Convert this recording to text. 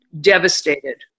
devastated